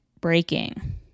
breaking